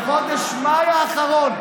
בחודש מאי האחרון,